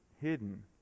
hidden